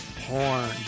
porn